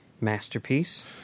masterpiece